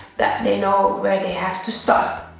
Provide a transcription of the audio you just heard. that they know where they have to stop.